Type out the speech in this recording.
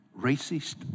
racist